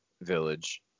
village